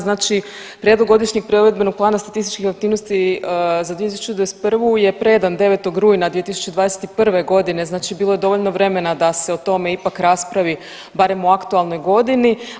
Znači, prijedlog godišnjeg provedbenog plana statističkih aktivnosti za 2021. je predan 9. rujna 2021. godine, znači bilo je dovoljno vremena da se o tome ipak raspravi barem u aktualnoj godini.